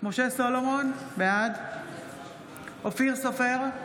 משה סולומון, בעד אופיר סופר,